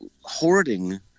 hoarding